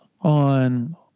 on